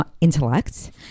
intellect